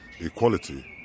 equality